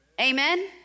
Amen